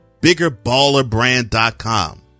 biggerballerbrand.com